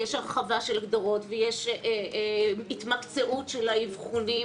ויש הרחבה של ההגדרות ויש התמקצעות של האבחונים,